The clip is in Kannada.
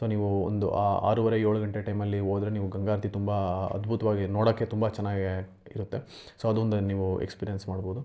ಸೊ ನೀವು ಒಂದು ಆರೂವರೆ ಏಳು ಗಂಟೆ ಟೈಮಲ್ಲಿ ಹೋದ್ರೆ ನೀವು ಗಂಗಾ ಆರತಿ ತುಂಬ ಅದ್ಭುತವಾಗಿ ನೋಡೋಕ್ಕೆ ತುಂಬ ಚೆನ್ನಾಗೆ ಇರುತ್ತೆ ಸೊ ಅದೊಂದನ್ನು ನೀವು ಎಕ್ಸ್ಪಿರಿಯನ್ಸ್ ಮಾಡ್ಬೋದು